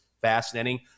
fascinating